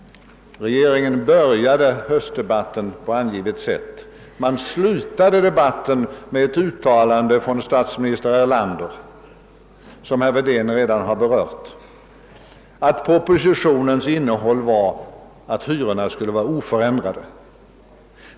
Regeringen började höstdebatten på angivet sätt. Debatten avslutades med ett uttalande av statsminister Erlander, vilket herr Wedén redan har berört, nämligen att propositionens innehåll var att hyrorna skulle vara oförändrade.